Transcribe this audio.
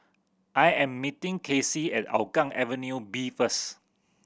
I am meeting Kaycee at Hougang Avenue B first